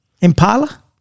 Impala